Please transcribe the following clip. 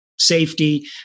Safety